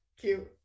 cute